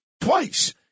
twice